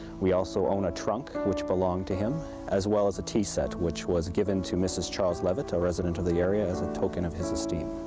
we also own a trunk which belonged to him as well as a tea set which was given to mrs. charles levitt, a residence of the area as a token of his esteem.